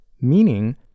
Meaning